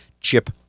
Chip